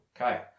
Okay